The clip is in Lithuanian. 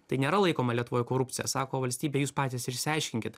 tai nėra laikoma lietuvoj korupcija sako valstybė jūs patys išsiaiškinkit